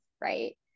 right